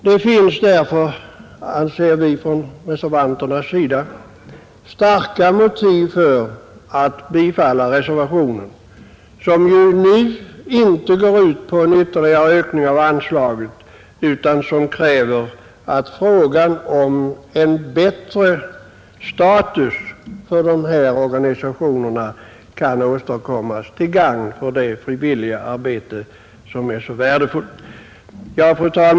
Det finns därför, anser vi reservanter, starka motiv för att bifalla reservationen, som ju inte yrkar på en ytterligare ökning av anslaget nu utan kräver att en bättre status för dessa organisationer skall åstadkommas till gagn för det frivilliga arbetet som är så värdefullt. Fru talman!